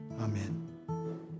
amen